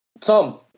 Tom